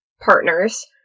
partners